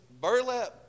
burlap